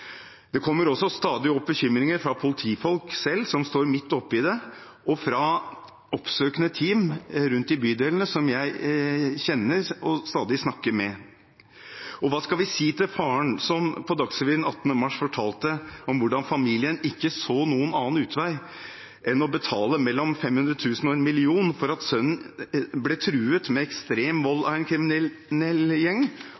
Det kommer også stadig bekymringer fra politifolk som selv står midt oppe i det, og fra oppsøkende team rundt i bydelene som jeg kjenner og stadig snakker med. Hva skal vi si til faren som på Dagsrevyen den 18. mars fortalte om hvordan familien ikke så noen annen utvei enn å betale mellom 500 000 kr og 1 mill. kr fordi sønnen ble truet med ekstrem vold av en kriminell gjeng,